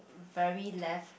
very left